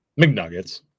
McNuggets